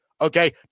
Okay